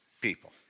people